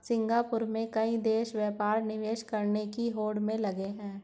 Singapore में कई देश व्यापार निवेश करने की होड़ में लगे हैं